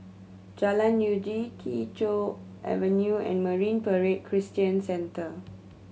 Jalan Uji Kee Choe Avenue and Marine Parade Christian Centre